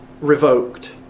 revoked